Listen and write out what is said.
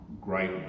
great